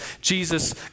Jesus